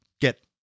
get